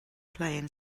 playing